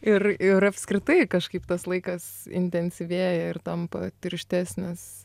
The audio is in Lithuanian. ir ir apskritai kažkaip tas laikas intensyvėja ir tampa tirštesnis